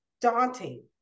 daunting